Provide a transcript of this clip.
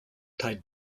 tied